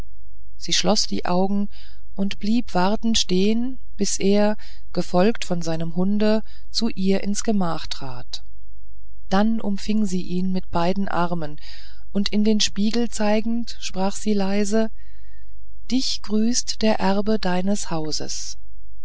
sie schloß die augen und blieb wartend stehen bis er gefolgt von seinem hunde zu ihr ins gemach trat dann umfing sie ihn mit beiden armen und in den spiegel zeigend sprach sie leise dich grüßt der erbe deines hauses